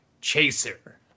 Chaser